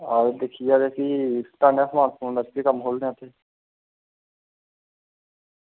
हां ते दिक्खियै ते भी सटान्ने आं समान समून नर्सरी दा कम्म खोलने आं इत्थें